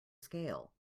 scale